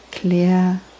Clear